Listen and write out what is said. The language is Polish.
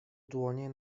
dłonie